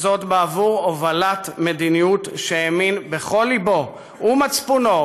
וזאת בעבור הובלת מדיניות שהאמין בכל ליבו ומצפונו